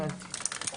הבנתי.